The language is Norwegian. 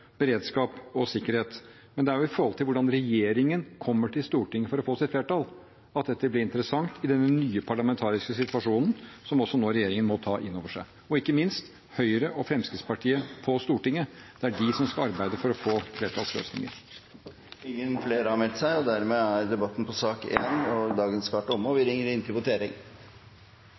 beredskap og sikkerhet. Men det er hvordan regjeringen kommer til Stortinget for å få sitt flertall, som blir interessant i denne nye parlamentariske situasjonen, som også regjeringen nå må ta inn over seg – og ikke minst Høyre og Fremskrittspartiet på Stortinget. Det er de som skal arbeide for å få flertallsløsninger. Flere har ikke bedt om ordet til sak nr. 1. Da er vi klare til å gå til votering.